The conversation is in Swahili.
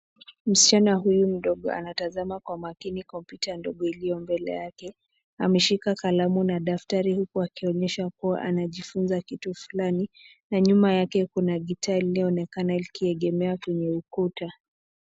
Msichana huyu mdogo anatazama kwa makini kompyuta ndogo iliyo mbele yake, ameshika kalamu na daftari huku akionyesha kuwa anajifunza kitu fulani, na nyuma yake kuna gitaa iliyo onekana likiegemea kwenye ukuta.